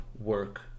work